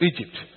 Egypt